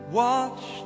watch